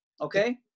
Okay